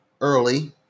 early